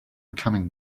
coming